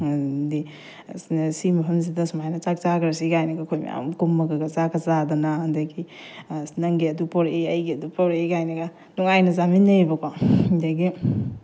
ꯍꯥꯏꯗꯤ ꯁꯤ ꯃꯐꯝꯁꯤꯗ ꯁꯨꯃꯥꯏꯅ ꯆꯥꯛ ꯆꯥꯈ꯭ꯔꯁꯤ ꯀꯥꯏꯅꯒ ꯑꯩꯈꯣꯏ ꯃꯌꯥꯝ ꯀꯨꯝꯃꯒꯒ ꯆꯥꯛꯀ ꯆꯥꯗꯅ ꯑꯗꯒꯤ ꯑꯁ ꯅꯪꯒꯤ ꯑꯗꯨ ꯄꯨꯔꯛꯏ ꯑꯩꯒꯤ ꯑꯗꯨ ꯄꯨꯔꯛꯏ ꯀꯥꯏꯅꯒ ꯅꯨꯡꯉꯥꯏꯅ ꯆꯥꯃꯤꯟꯅꯩꯌꯦꯕꯀꯣ ꯑꯗꯒꯤ